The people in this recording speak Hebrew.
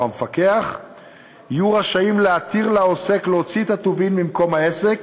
או המפקח יהיו רשאים להתיר לעוסק להוציא את הטובין ממקום העסק